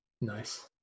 nice